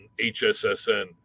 HSSN